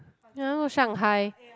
ya I wanna go Shanghai